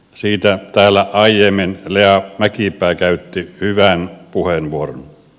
siitä täällä aiemmin lea mäkipää käytti hyvän puheenvuoron